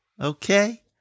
Okay